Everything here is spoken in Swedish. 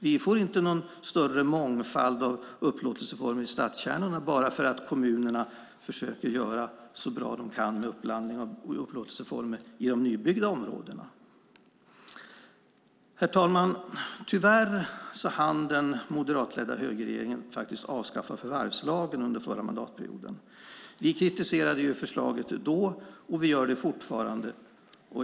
Vi får inte större mångfald av upplåtelseformer i stadskärnorna bara för att kommunerna försöker göra så bra de kan i blandning av upplåtelseformer i de nybyggda områdena. Herr talman! Tyvärr hann den moderatledda högerregeringen faktiskt avskaffa förvärvslagen under förra mandatperioden. Vi kritiserade förslaget då, och vi gör det fortfarande.